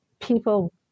people